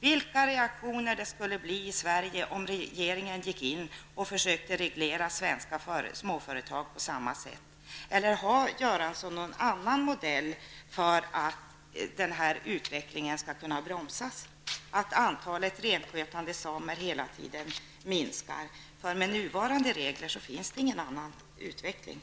Vilka reaktioner skulle det inte bli i Sverige om regeringen försökte reglera svenska småföretag på samma sätt! Eller har Bengt Göransson någon annan modell för att bromsa denna utveckling, dvs. att antalet renskötande samer hela tiden minskar? Med nuvarande regler kan utvecklingen inte bli någon annan.